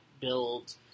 build